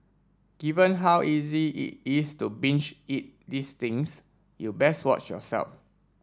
given how easy it is to binge eat these things you best watch yourself